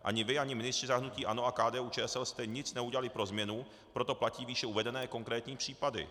Ani vy, ani ministři za hnutí ANO a KDUČSL jste nic neudělali pro změnu, proto platí výše uvedené konkrétní případy.